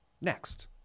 next